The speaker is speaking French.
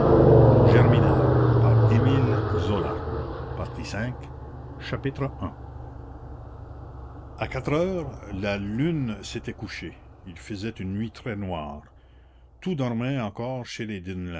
i a quatre heures la lune s'était couchée il faisait une nuit très noire tout dormait encore chez les